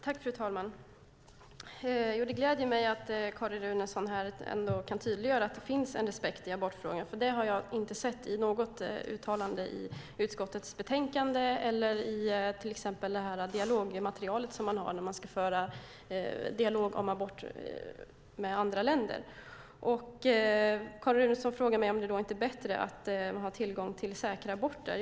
Fru talman! Det gläder mig att Carin Runeson tydliggör att det finns en respekt i abortfrågan. Det har jag nämligen inte sett i något uttalande i utskottets betänkande eller i till exempel det dialogmaterial har när man ska föra dialog om aborter med andra länder. Carin Runeson frågar om det inte är bättre att ha tillgång till säkra aborter.